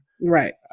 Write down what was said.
Right